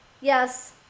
Yes